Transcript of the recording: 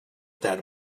that